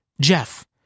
Jeff